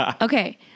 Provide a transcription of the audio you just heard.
Okay